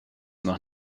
nach